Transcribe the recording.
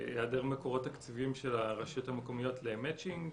היעדר מקורות תקציביים של הרשויות המקומיות למצ'ינג